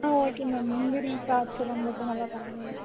ஆ okay ma'am முந்திரி திராட்ச எல்லாம் போட்டு நல்லா பண்ணுறோம் மேம்